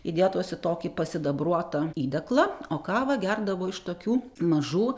įdėtos į tokį pasidabruotą įdėklą o kavą gerdavo iš tokių mažų